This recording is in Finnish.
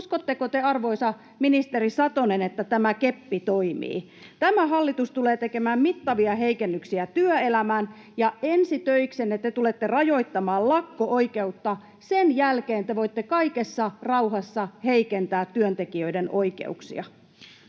Uskotteko te, arvoisa ministeri Satonen, että tämä keppi toimii? Tämä hallitus tulee tekemään mittavia heikennyksiä työelämään, ja ensi töiksenne te tulette rajoittamaan lakko-oikeutta. Sen jälkeen te voitte kaikessa rauhassa heikentää työntekijöiden oikeuksia.